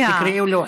תקראי לו חֵמֵד.